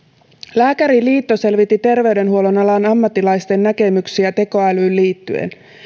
lääkäriliitto selvitti terveydenhuollon alan ammattilaisten näkemyksiä tekoälyyn liittyen